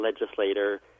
legislator